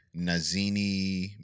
Nazini